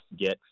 get